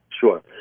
Sure